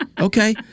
Okay